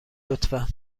لطفا